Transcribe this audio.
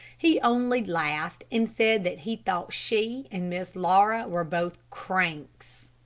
he only laughed and said that he thought she and miss laura were both cranks.